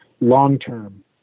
long-term